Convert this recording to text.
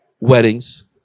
weddings